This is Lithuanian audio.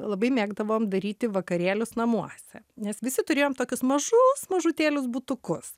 labai mėgdavom daryti vakarėlius namuose nes visi turėjom tokius mažus mažutėlius butukus